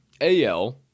AL